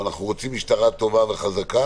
אנחנו רוצים משטרה טובה וחזקה